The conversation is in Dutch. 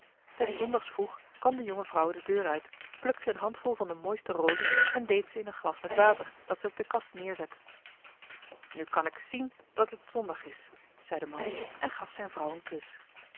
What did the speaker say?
des zondags vroeg kwam de jonge vrouw de deur uit plukte een handvol van de mooiste rozen en deed ze in een glas met water dat zij op de kast neerzette nu kan ik zien dat het zondag is zei de man en gaf zijn vrouw een kus